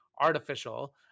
artificial